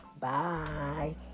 Bye